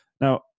now